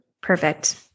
Perfect